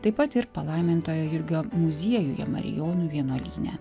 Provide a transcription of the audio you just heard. taip pat ir palaimintojo jurgio muziejuje marijonų vienuolyne